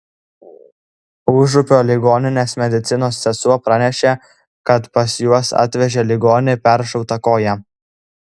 užupio ligoninės medicinos sesuo pranešė kad pas juos atvežę ligonį peršauta koja